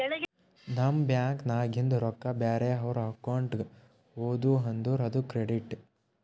ನಮ್ ಬ್ಯಾಂಕ್ ನಾಗಿಂದ್ ರೊಕ್ಕಾ ಬ್ಯಾರೆ ಅವ್ರ ಅಕೌಂಟ್ಗ ಹೋದು ಅಂದುರ್ ಅದು ಕ್ರೆಡಿಟ್